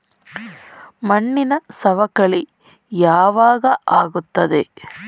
ಮಣ್ಣಿನ ಸವಕಳಿ ಯಾವಾಗ ಆಗುತ್ತದೆ?